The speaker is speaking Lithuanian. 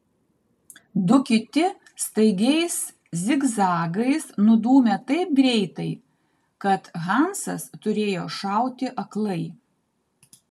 du kiti staigiais zigzagais nudūmė taip greitai kad hansas turėjo šauti aklai